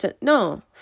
no